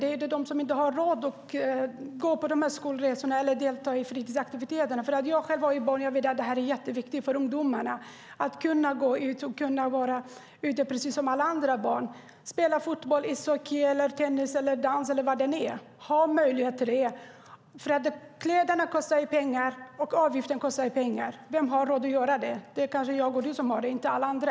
Det är alltså de som inte har råd att åka på skolresorna eller delta i fritidsaktiviteterna. Jag har själv barn, och jag vet att det är jätteviktigt för ungdomarna att ha möjlighet att vara ute precis som alla andra och dansa, spela fotboll, tennis, ishockey eller vad det än är. Kläderna kostar pengar och avgiften är hög. Vem har råd med det? Jag och du kanske har det men inte alla andra.